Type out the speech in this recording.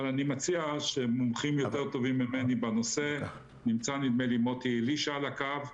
אבל אני מציע שמומחים יותר טובים ממני בנושא נמצא מוטי אלישע על הקו,